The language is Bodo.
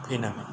देनां